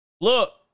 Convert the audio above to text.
look